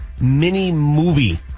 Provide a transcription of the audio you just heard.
mini-movie